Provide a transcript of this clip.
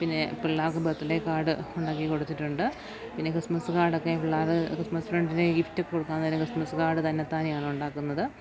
പിന്നെ പിള്ളേർക്ക് birthday card ഉണ്ടാക്കി കൊടുത്തിട്ടുണ്ട് പിന്നെ ക്രിസ്മസ് കാർഡൊക്കെ പിള്ളേർ ക്രിസ്മസ് ഫ്രണ്ടിനു ഗിഫ്റ്റ് കൊടുക്കാൻ നേരം ക്രിസ്മസ് കാർഡ് തന്നത്താനെയാണുണ്ടാക്കുന്നത്